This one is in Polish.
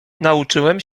nauczyłem